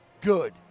good